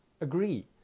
agree